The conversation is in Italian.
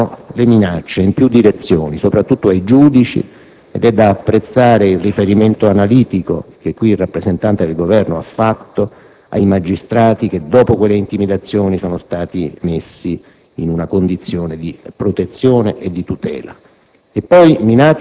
Da lì partono le minacce in più direzioni, soprattutto ai giudici ed è da apprezzare il riferimento analitico che qui il rappresentante del Governo ha fatto ai magistrati che, dopo quelle intimidazioni, sono stati messi in una condizione di protezione e di tutela.